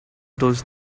those